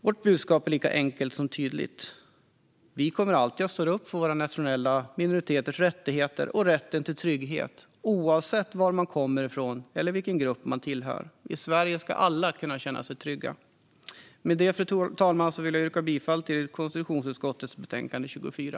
Vårt budskap är lika enkelt som tydligt: Vi kommer alltid att ställa upp för våra nationella minoriteters rättigheter och rätten till trygghet, oavsett var man kommer ifrån eller vilken grupp man tillhör. I Sverige ska alla kunna känna sig trygga. Med det, fru talman, vill jag yrka bifall till konstitutionsutskottets förslag till beslut i betänkande 24.